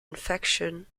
infection